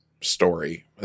story